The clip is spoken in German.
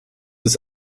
ist